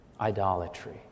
idolatry